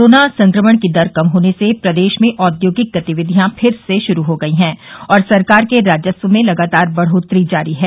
corona संक्रमण कम होने से प्रदेश में औद्योगिक गतिविधियां फिर से शुरू हो गई हैं और सरकार के राजस्व में लगातार बढ़ोत्तरी जारी है